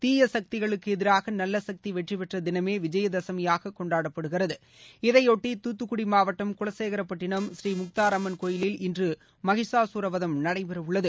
தீய சக்திகளுக்கு எதிராக நல்ல சக்தி வெற்றி பெற்ற தினமே விஜயதசமியாக கொண்டாடப்படுகிறது இதையொட்டி தூத்துக்குடி மாவட்டம் குலசேகர பட்டிணம் ஸ்ரீ முக்தார் அம்மன் கோவிலில் இன்று மகிஷாசூர வதம் நடைபெறவுள்ளது